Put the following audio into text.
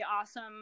awesome